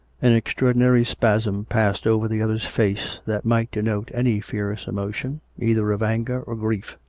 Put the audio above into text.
an extraordinary spasm passed over the other's face, that might denote any fierce emotion, either of anger or grief.